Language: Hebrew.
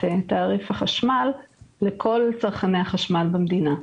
תעריף החשמל לכל צרכני החשמל במדינה,